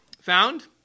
Found